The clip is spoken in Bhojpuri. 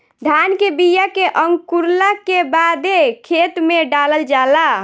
धान के बिया के अंकुरला के बादे खेत में डालल जाला